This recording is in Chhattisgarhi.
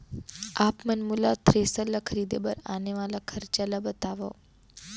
आप मन मोला थ्रेसर ल खरीदे बर आने वाला खरचा ल बतावव?